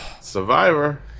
Survivor